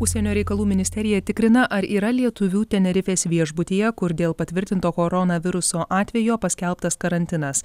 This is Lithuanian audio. užsienio reikalų ministerija tikrina ar yra lietuvių tenerifės viešbutyje kur dėl patvirtinto koronaviruso atvejo paskelbtas karantinas